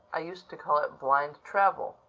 i used to call it blind travel.